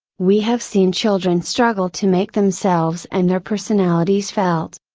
we have seen children struggle to make themselves and their personalities felt.